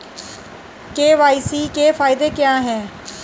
KYC के फायदे क्या है?